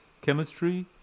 chemistry